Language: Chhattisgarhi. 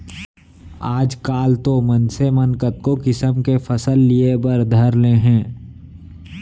आजकाल तो मनसे मन कतको किसम के फसल लिये बर धर ले हें